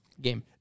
game